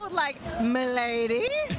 like m'lady?